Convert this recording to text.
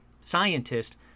scientist